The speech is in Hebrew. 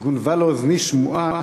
גונבה לאוזני שמועה